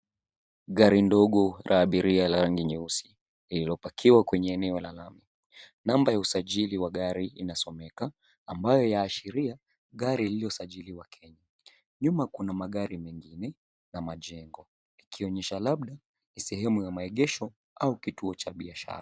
Gari ndogo la abiria la rangi nyeusi lililopakiwa kwenye eneo la lami. Namba ya usajili wa gari inasomeka ambayo yaashiria gari lililosajiliwa Kenya. Nyuma kuna magari mengine na majengo ikionyesha labda ni sehemu ya maegesho au kituo cha biashara.